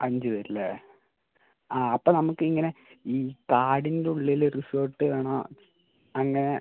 അഞ്ച് പേർ അല്ലേ ആ അപ്പോൾ നമുക്ക് ഇങ്ങനെ ഈ കാടിൻ്റെ ഉള്ളിൽ റിസോർട്ട് വേണോ അങ്ങനെ